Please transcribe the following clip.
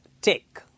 Take